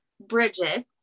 Bridget